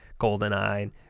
GoldenEye